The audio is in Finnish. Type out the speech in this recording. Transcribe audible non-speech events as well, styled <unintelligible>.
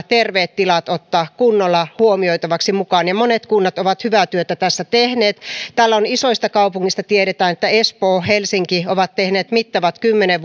<unintelligible> terveet tilat ottaa kunnolla huomioitavaksi mukaan ja monet kunnat ovat hyvää työtä tässä tehneet täällä isoista kaupungeista tiedetään että espoo helsinki ovat tehneet mittavat kymmenen <unintelligible>